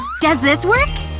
does this work?